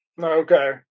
Okay